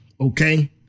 Okay